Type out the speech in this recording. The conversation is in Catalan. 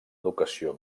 educació